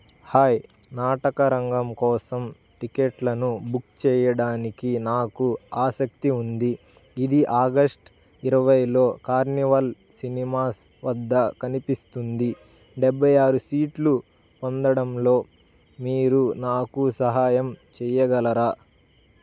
hi నాటకరంగం కోసం టిక్కెట్లను బుక్ చేయడానికి నాకు ఆసక్తి ఉంది ఇది ఆగస్ట్ ఇరవైలో కార్నివాల్ సినిమాస్ వద్ద కనిపిస్తుంది డెబ్బై ఆరు సీట్లు పొందడంలో మీరు నాకు సహాయం చేయగలరా